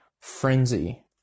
frenzy